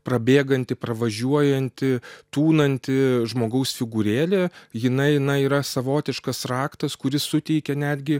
prabėganti pravažiuojanti tūnanti žmogaus figūrėlė jinai na yra savotiškas raktas kuris suteikia netgi